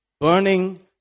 burning